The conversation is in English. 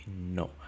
no